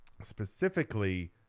specifically